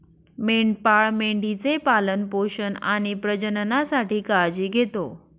मेंढपाळ मेंढी चे पालन पोषण आणि प्रजननासाठी काळजी घेतो